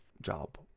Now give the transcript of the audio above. job